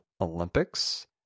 Olympics